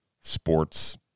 sports